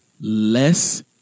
less